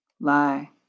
lie